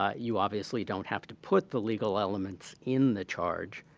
ah you obviously don't have to put the legal elements in the charge.